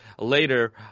later